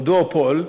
או דואופול,